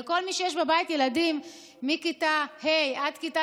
וכל מי שיש לו בבית ילדים מכיתה ה' עד כיתה